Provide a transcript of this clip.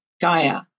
gaia